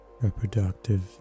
reproductive